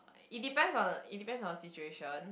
it depends on the it depends on the situation